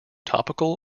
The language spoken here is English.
topical